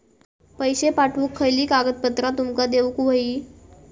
पैशे पाठवुक खयली कागदपत्रा तुमका देऊक व्हयी?